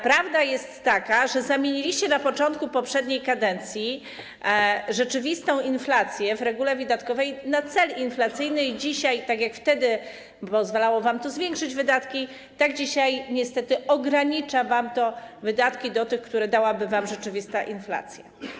Prawda jest taka, że zamieniliście na początku poprzedniej kadencji rzeczywistą inflację w regule wydatkowej na cel inflacyjny i dzisiaj, tak jak wtedy pozwalało wam to zwiększyć wydatki, tak dzisiaj niestety ogranicza wam to wydatki do tych, które dałaby wam rzeczywista inflacja.